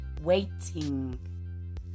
waiting